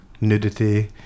Nudity